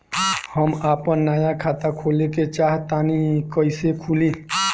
हम आपन नया खाता खोले के चाह तानि कइसे खुलि?